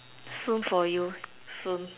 soon for you soon